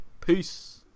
Peace